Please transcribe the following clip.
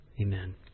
Amen